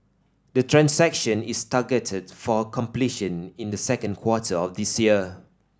the transaction is targeted for completion in the second quarter of this year